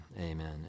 Amen